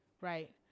right